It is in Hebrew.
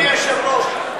אדוני היושב-ראש,